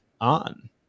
on